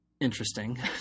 interesting